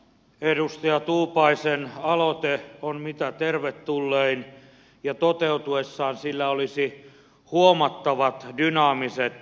edustaja tuupaisen aloite on mitä tervetullein ja toteutuessaan sillä olisi huomattavat dynaamiset vaikutukset